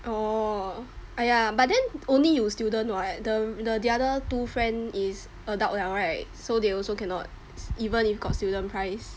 oh !aiya! but then only you student [what] the the other two friend is adult liao right so they also cannot even if got student price